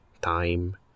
time